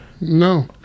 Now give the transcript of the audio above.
No